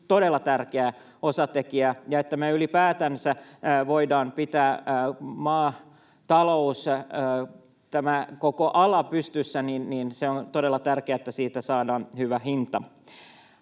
todella tärkeä osatekijä. Ja jotta me ylipäätänsä voidaan pitää maatalous, tämä koko ala, pystyssä, niin on todella tärkeää, että sieltä saadaan hyvä hinta.